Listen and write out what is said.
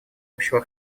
общего